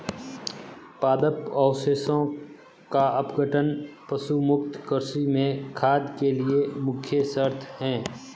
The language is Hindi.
पादप अवशेषों का अपघटन पशु मुक्त कृषि में खाद के लिए मुख्य शर्त है